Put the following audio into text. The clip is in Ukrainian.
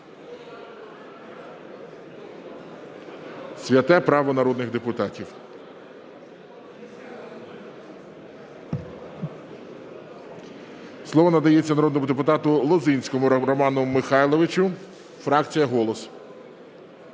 Святе право народних депутатів. Слово надається народному депутату Лозинському Роману Михайловичу, фракція "Голос".